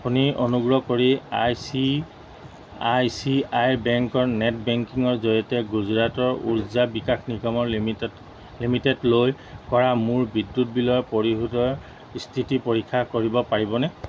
আপুনি অনুগ্ৰহ কৰি I C I C I বেংকৰ নেট বেংকিঙৰ জৰিয়তে গুজৰাটৰ উৰ্জা বিকাশ নিগমৰ লিমিটড লিমিটেডলৈ কৰা মোৰ বিদ্যুৎ বিলৰ পৰিশোধৰ স্থিতি পৰীক্ষা কৰিব পাৰিবনে